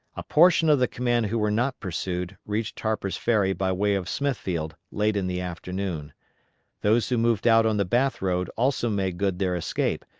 a portion of the command who were not pursued reached harper's ferry by way of smithfield late in the afternoon those who moved out on the bath road also made good their escape,